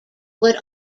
would